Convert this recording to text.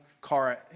car